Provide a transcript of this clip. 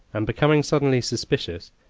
and becoming suddenly suspicious,